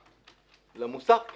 מוסך.